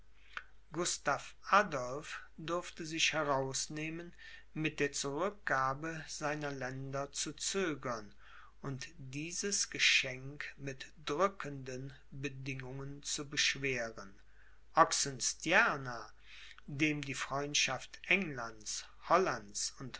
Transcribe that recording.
gustav adolph durfte sich herausnehmen mit der zurückgabe seiner länder zu zögern und dieses geschenk mit drückenden bedingungen zu beschweren oxenstierna dem die freundschaft englands hollands und